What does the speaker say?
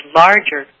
larger